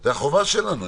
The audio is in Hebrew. זו החובה שלנו.